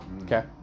Okay